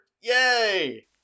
Yay